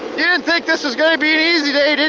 didn't think this was gonna be and easy day, did